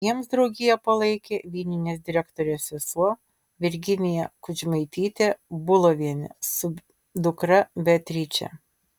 jiems draugiją palaikė vyninės direktorės sesuo virginija kudžmaitytė bulovienė su dukra beatriče